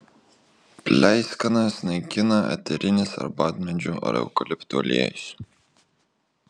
pleiskanas naikina eterinis arbatmedžių ar eukaliptų aliejus